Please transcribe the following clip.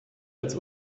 als